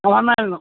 ആ വന്നായിരുന്നു